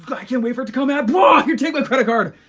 i can't wait for it to come out but you're take my credit card,